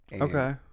Okay